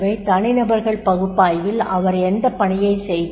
தனிநபர் பகுப்பாய்வில் அவர் எந்த பணியைச் செய்கிறார்